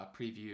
preview